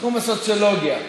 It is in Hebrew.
תחום הסוציולוגיה.